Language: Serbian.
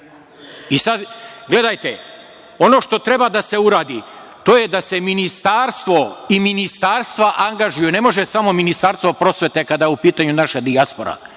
Sad, gledajte, ono što treba da se uradi, to je da se Ministarstvo i ministarstva angažuju. Ne može samo Ministarstvo prosvete, kada je u pitanju naša dijaspora,